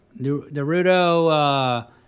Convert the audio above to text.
Naruto